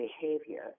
behavior